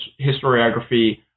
historiography